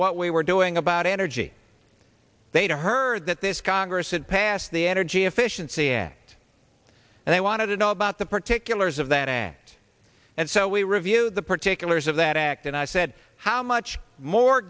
what we were doing about energy they'd heard that this congress had passed the energy efficiency act and they wanted to know about the particulars of that ad and so we reviewed the particulars of that act and i said how much more